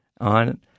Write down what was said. on